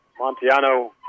Montiano